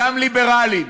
גם ליברליים.